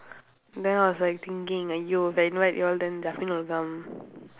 then I was like thinking !aiyo! if I invite you all then justin will come